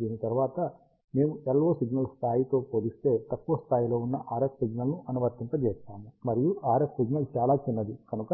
దీని తరువాత మేము LO సిగ్నల్ స్థాయితో పోలిస్తే తక్కువ స్థాయిలో ఉన్న RF సిగ్నల్ను అనువర్తింపజేస్తాము మరియు RF సిగ్నల్ చాలా చిన్నది కనుక